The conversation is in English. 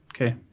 okay